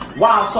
wow. so